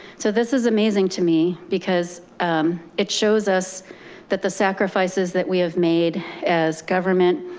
so this is amazing to me, because it shows us that the sacrifices that we have made as government,